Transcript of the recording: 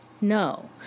No